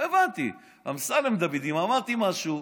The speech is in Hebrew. לא הבנתי, אמסלם דוד, אם אמרתי משהו,